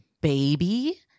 baby